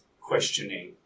questioning